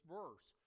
verse